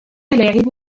لاعب